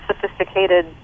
sophisticated